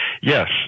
yes